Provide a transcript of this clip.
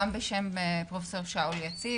גם בשם פרופסור שאול יציב,